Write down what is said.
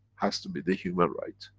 has to be the human right.